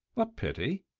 a pity?